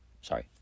sorry